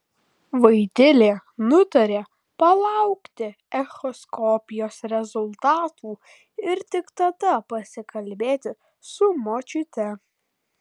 vaidilė nutarė palaukti echoskopijos rezultatų ir tik tada pasikalbėti su močiute